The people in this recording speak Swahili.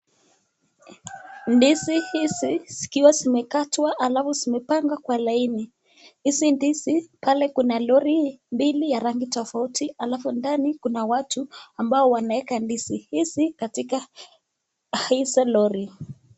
Ndizi ambazo zimekatwa na kupangwa kwa laini na pale kuna lori mbili ya rangi tofauti na kuna watu ndani ambao wanaweka ndizi hizo katika lori.